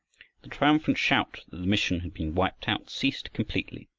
the triumphant shout that the mission had been wiped out ceased completely,